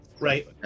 Right